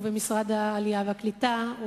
ובמשרד העלייה והקליטה,